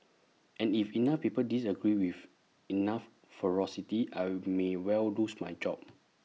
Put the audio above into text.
and if enough people disagree with enough ferocity I will may well lose my job